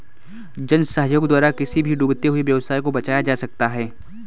जन सहयोग द्वारा किसी भी डूबते हुए व्यवसाय को बचाया जा सकता है